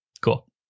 Cool